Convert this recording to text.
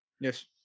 Yes